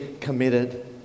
committed